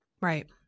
Right